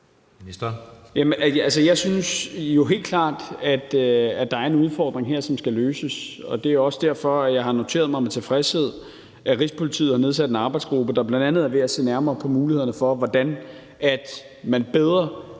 Jeg synes jo helt klart, at der er en udfordring her, som skal løses. Det er også derfor, at jeg har noteret mig med tilfredshed, at Rigspolitiet har nedsat en arbejdsgruppe, der bl.a. er ved at se nærmere på mulighederne for, hvordan man bedre